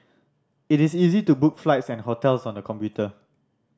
it is easy to book flights and hotels on the computer